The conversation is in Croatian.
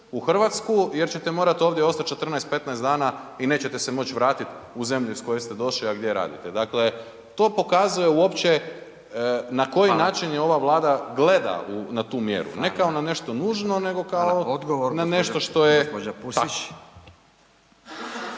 u Hrvatsku jer ćete morati ovdje ostati 14, 15 dana i nećete se moći vratiti u zemlju iz koje ste došli, a gdje radite. Dakle, to pokazuje uopće na koji način je .../Upadica: Hvala./... Vlada gleda na tu mjeru, ne kao .../Upadica: Hvala./... na nešto nužno nego